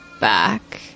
back